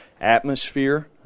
atmosphere